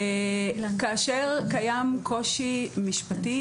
כאשר קיים קושי משפטי,